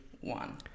one